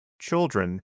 children